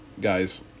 Guys